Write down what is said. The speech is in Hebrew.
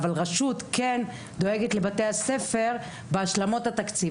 אבל רשות כן דואגת לבתי הספר בהשלמות התקציב,